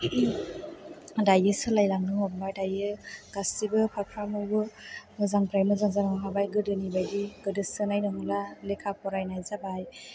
दायो सोलायलांनो हमबाय दायो गासिबो फारफ्रोमावबो मोजांनिफ्राय मोजांआव जालांनो हमबाय गोदोनिबायदि गोदोसोनाय नंला लेखा फरायनाय जाबाय